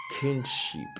kinship